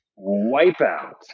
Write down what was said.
Wipeout